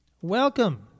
Welcome